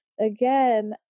Again